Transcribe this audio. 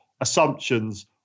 assumptions